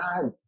God